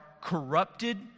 corrupted